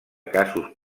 casos